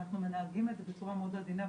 אנחנו מנהגים את זה בצורה מאוד עדינה,